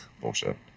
Bullshit